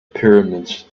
pyramids